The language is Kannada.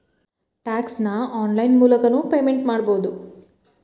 ಟ್ಯಾಕ್ಸ್ ನ ಆನ್ಲೈನ್ ಮೂಲಕನೂ ಪೇಮೆಂಟ್ ಮಾಡಬೌದು